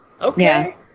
Okay